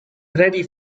ready